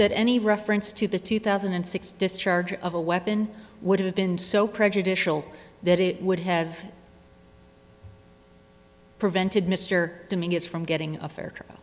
that any reference to the two thousand and six discharge of a weapon would have been so prejudicial that it would have prevented mr dominguez from getting a fair trial